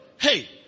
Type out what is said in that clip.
hey